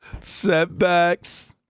Setbacks